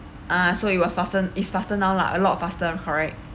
uh so it was fastern is faster now lah a lot faster correct